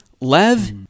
Lev